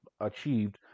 achieved